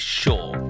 sure